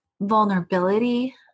vulnerability